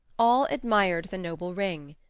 all admired the noble ring.